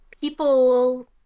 people